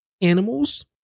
animals